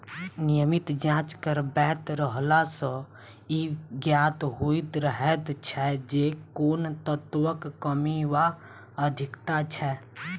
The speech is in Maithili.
नियमित जाँच करबैत रहला सॅ ई ज्ञात होइत रहैत छै जे कोन तत्वक कमी वा अधिकता छै